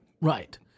Right